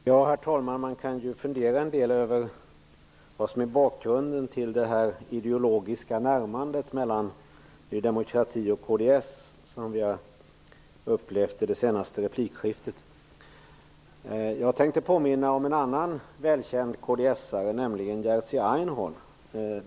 Herr talman! Man kan ju fundera en del över vad som är bakgrunden till det ideologiska närmande mellan Ny demokrati och kds som vi har bevittnat i det senaste replikskiftet. Jag tänkte påminna om en annan välkänd kds:are, nämligen Jerzy Einhorn.